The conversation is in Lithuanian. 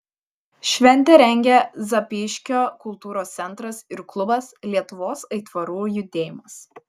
šventę rengia zapyškio kultūros centras ir klubas lietuvos aitvarų judėjimas